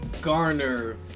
garner